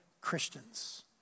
Christians